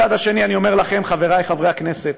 מצד שני, אני אומר לכם, חברי חברי הכנסת,